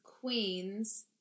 queens